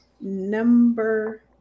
number